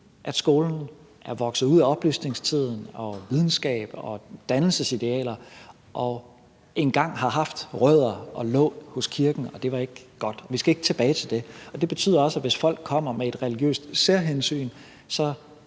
for skolen er vokset ud af oplysningstiden og videnskaben og dannelsesidealerne. Den har engang haft rødder i og lå hos kirken, og det var ikke godt. Vi skal ikke tilbage til det, og det betyder også, at hvis folk kommer med et religiøst særhensyn,